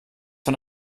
von